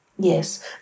Yes